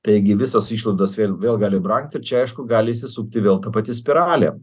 taigi visos išlaidos vėl vėl gali brangt ir čia aišku gali įsisupti vėl ta pati spiralė